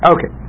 Okay